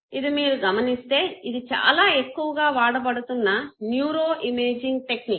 ఇది మీరు గమనిస్తే ఇది చాలా ఎక్కువగా వాడబడుతున్న న్యూరోఇమేజింగ్ టెక్నిక్